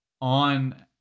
on